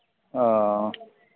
हाँ